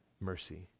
mercy